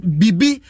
bibi